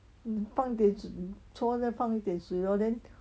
你放一点 sh~ 你搓再放你点水 lor then